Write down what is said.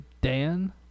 Dan